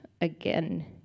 again